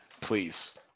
please